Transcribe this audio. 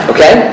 Okay